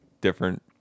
different